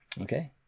okay